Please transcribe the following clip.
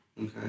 Okay